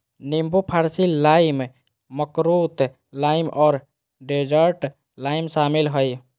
नींबू फारसी lime, makrut lime और डेजर्ट लाइम शामिल हइ